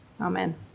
Amen